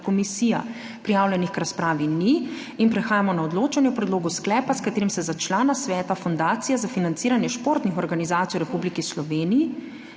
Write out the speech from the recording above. komisija. Prijavljenih k razpravi ni. Prehajamo na odločanje o predlogu sklepa, s katerim se za člana sveta Fundacije za financiranje športnih organizacij v Republiki Sloveniji